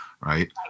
right